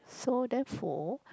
so therefore